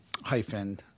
hyphen